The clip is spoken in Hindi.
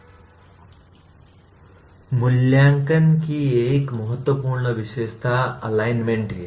अब मूल्यांकन की एक अन्य महत्वपूर्ण विशेषता एलाइनमेंट है